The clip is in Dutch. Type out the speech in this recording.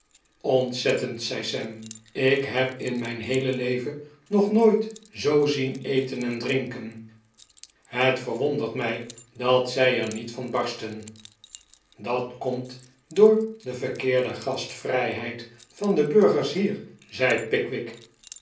ontzettend zei sam ik heb in mijn heele leven nog nooit zoo zien eten en drinken het verwondert mij dat zij er niet van barsten dat komt door de verkeerde gastvrijheid van de burgers hier zei pickwick